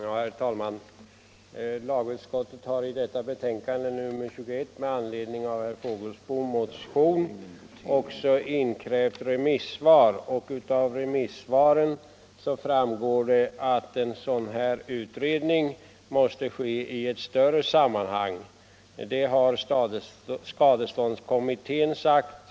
Herr talman! Lagutskottet har i sitt betänkande nr 21 med anledning av herr Fågelsbos motion inkrävt remissyttranden, och av dessa framgår att en sådan här utredning måste ske i ett större sammanhang. Det har skadeståndskommittéen sagt.